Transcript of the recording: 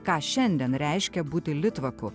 ką šiandien reiškia būti litvaku